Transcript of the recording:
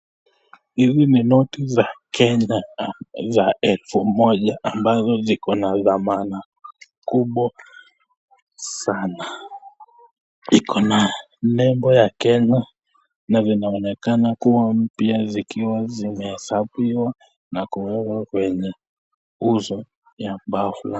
Hili ni noti za Kenya za elfu moja ambazo ziko na thamana kubwa sana. Iko na nembo ya Kenya na zinaonekana kuwa mpya zikiwa zimehesabiwa na kuwekwa kwenye uso ya mbao